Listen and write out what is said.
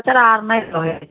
एकरा आर नहि कहै हए